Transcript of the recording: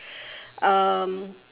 um